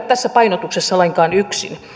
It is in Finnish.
tässä painotuksessa lainkaan yksin